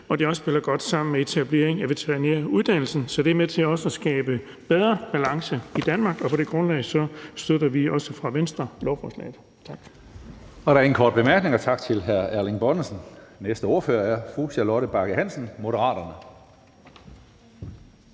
og det spiller også godt sammen med veterinæruddannelsen. Så det er også med til at skabe bedre balance i Danmark, og på det grundlag støtter vi også fra Venstres side lovforslaget.